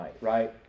right